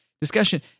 discussion